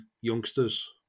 youngsters